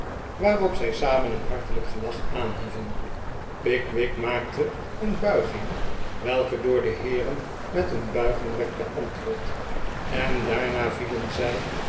waarop zij samen een hartelijk gelach aanhieven pickwick maakte een buiging welke door de heeren met een buiging werd beantwoord en daarna vielen zij